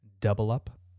double-up